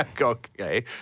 Okay